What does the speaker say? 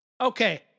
Okay